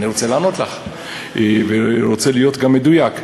אני רוצה לענות לך ורוצה להיות גם מדויק.